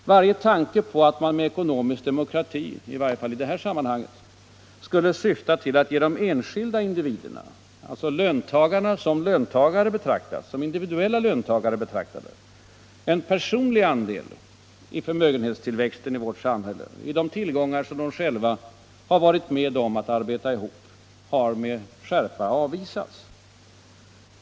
Varje tanke på att ekonomisk demokrati, i varje fall i detta sammanhang, skulle syfta till att ge de enskilda individerna — löntagarna som individuella löntagare betraktade — en personlig andel i förmögenhetstillväxten i vårt samhälle, i de tillgångar som de själva varit med om att arbeta ihop, har med skärpa avvisats.